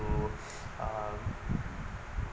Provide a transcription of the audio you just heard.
to uh